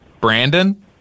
Brandon